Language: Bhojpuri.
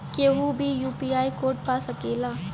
केहू भी यू.पी.आई कोड पा सकेला?